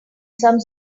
some